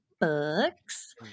books